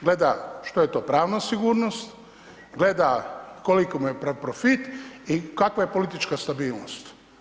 Gleda što je to pravna sigurnost, gleda koliki mu je profit i kakva je politička stabilnost.